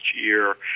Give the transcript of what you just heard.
year